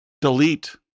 delete